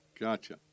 Gotcha